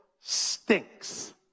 stinks